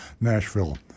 Nashville